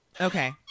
okay